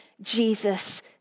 Jesus